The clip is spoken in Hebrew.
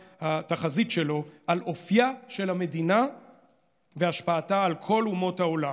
התחזית שלו על אופייה של המדינה והשפעתה על כל אומות העולם: